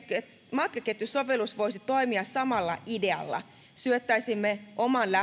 matkaketjusovellus voisi toimia samalla idealla syöttäisimme oman lähtöpaikkamme